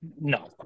no